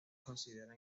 consideran